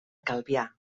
calvià